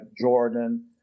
Jordan